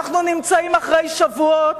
אנחנו נמצאים אחרי שבועות,